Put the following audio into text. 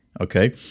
okay